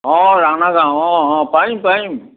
অঁ ৰাণা গাঁও অঁ অঁ পাৰিম পাৰিম